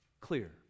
clear